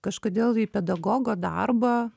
kažkodėl į pedagogo darbą